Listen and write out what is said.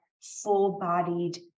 full-bodied